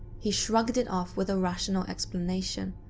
he shrugged it off with a rational explanation,